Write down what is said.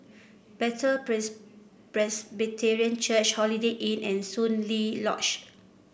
Bethel Pres Presbyterian Church Holiday Inn and Soon Lee Lodge